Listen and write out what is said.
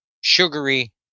sugary